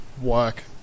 work